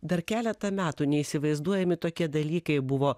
dar keletą metų neįsivaizduojami tokie dalykai buvo